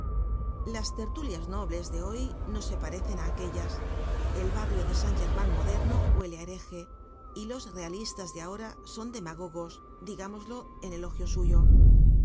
las tertulias nobles de hoy no se parecen á aquellas el barrio de san german moderno huele á bereje y los realistas de ahora son demagogos digámoslo en elogio suyo